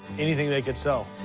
anything they could sell.